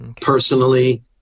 personally